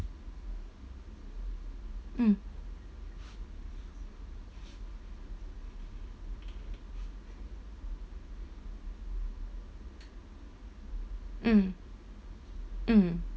mm mm mm